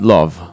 Love